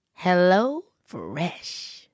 HelloFresh